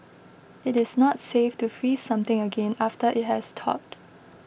it is not safe to freeze something again after it has thawed